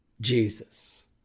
Jesus